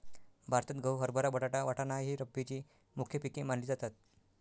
भारतात गहू, हरभरा, बटाटा, वाटाणा ही रब्बीची मुख्य पिके मानली जातात